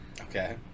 Okay